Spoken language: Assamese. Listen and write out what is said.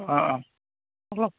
অ অ